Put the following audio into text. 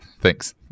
Thanks